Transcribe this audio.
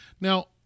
Now